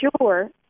sure